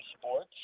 Sports